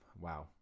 wow